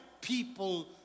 people